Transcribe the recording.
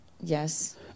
Yes